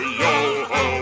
yo-ho